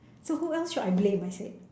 so who else should I blame I said